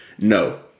No